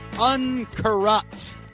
uncorrupt